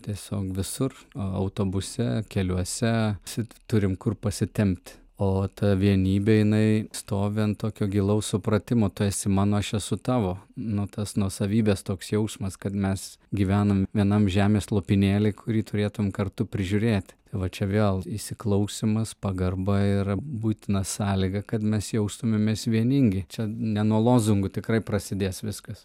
tiesiog visur autobuse keliuose sit turime kur pasitempti o ta vienybė jinai stovi ant tokio gilaus supratimo tu esi mano aš esu tavo nu tos nuosavybės toks jausmas kad mes gyvenam vienam žemės lopinėly kurį turėtum kartu prižiūrėti va čia vėl įsiklausymas pagarba yra būtina sąlyga kad mes jaustumėmės vieningi čia ne nuo lozungų tikrai prasidės viskas